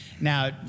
Now